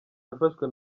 yafashwe